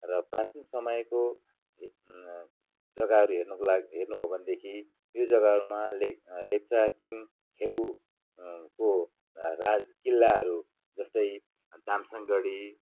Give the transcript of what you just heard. र प्राचीन समयको जग्गाहरू हेर्नुको लाग हेर्नु हो भनेदेखि यो जग्गामा लेप्चा किङ थेबु को राज किल्लाहरू जस्तै दामसङगढी